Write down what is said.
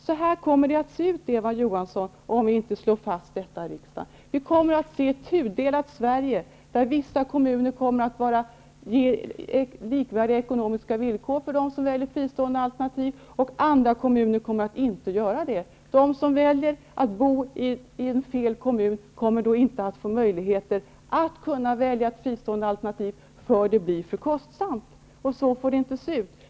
Så kommer det att se ut, Eva Johansson, om vi inte slår fast detta i riksdagen. Vi kommer att se ett tudelat Sverige, där vissa kommuner ger likvärdiga ekonomiska villkor för dem som väljer fristående alternativ, och andra kommuner gör det inte. De som väljer att bo i fel kommun kommer inte att att få möjligheter att välja ett fristående alternativ, därför att det blir för kostsamt. Så får det inte se ut.